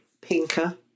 pinker